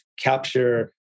capture